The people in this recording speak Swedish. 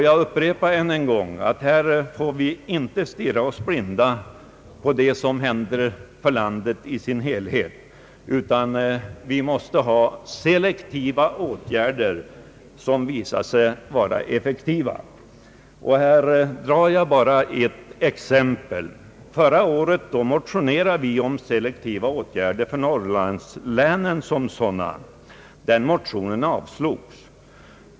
Jag upprepar ännu en gång att vi inte får stirra oss blinda på det som händer i landet i dess helhet, utan vi måste sätta in selektiva åtgärder som visar sig vara effektiva. Här drar jag bara ett exempel. Förra året motionerade vi om selektiva åtgärder för norrlandslänen. Den motionen avslogs.